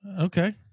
Okay